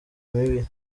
mibi